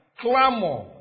clamor